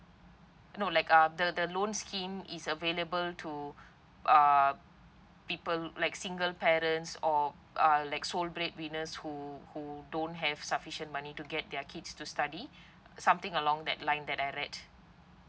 no like uh the the loan scheme is available to uh people like single parents or uh like sole bread winners who who don't have sufficient money to get their kids to study something along that line that I read